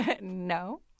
No